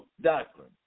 doctrine